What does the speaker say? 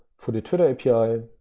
for the twitter api.